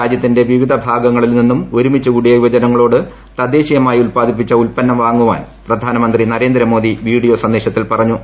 രാജ്യത്തിന്റെ വിവിധ ഭാഗങ്ങളിൽ നീണ്ണും ഒരുമിച്ചു കൂടിയ യുവജനങ്ങളോട് തദ്ദേശീയമായി ഉല്പ്പാട്ടിപ്പിച്ച ഉല്പന്നം വാങ്ങുവാൻ പ്രധാനമന്ത്രി നരേന്ദ്രമോദി വീഡിട്ട്യോ സന്ദേശത്തിൽ പറഞ്ഞു